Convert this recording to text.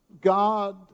God